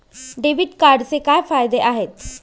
Debit कार्डचे काय फायदे आहेत?